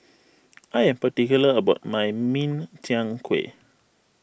I am particular about my Min Chiang Kueh